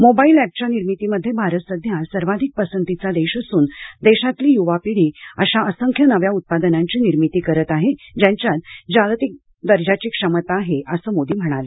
mobile अॅपच्या निर्मिती मध्ये भारत सध्या सर्वाधिक पसंतीचा देश असून देशातली युवा पिढी अशा असंख्य नव्या उत्पादनांची निर्मिती करत आहे ज्यांच्यात जागतिक दर्जाची क्षमता आहे असं मोदी म्हणाले